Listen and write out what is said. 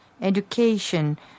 education